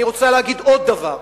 אני רוצה להגיד עוד דבר.